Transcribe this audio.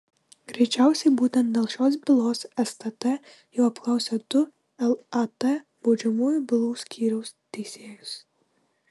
greičiausiai būtent dėl šios bylos stt jau apklausė du lat baudžiamųjų bylų skyriaus teisėjus